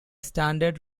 standard